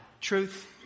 Truth